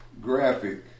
graphic